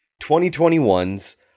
2021's